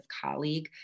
colleague